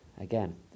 Again